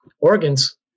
organs